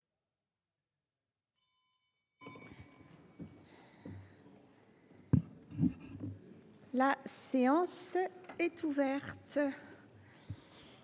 La séance est ouverte.